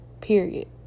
period